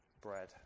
bread